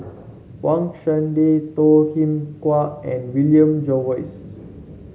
Wang Chunde Toh Kim Hwa and William Jervois